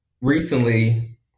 Recently